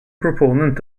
proponent